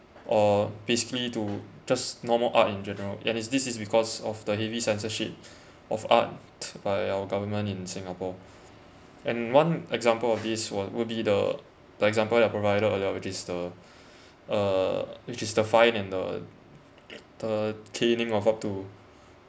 or basically to just normal art in general and this is because of the heavy censorship of art by our government in singapore and one example of this wou~ would be the like example that provided earlier which is the uh which is the fine and the the caning of up to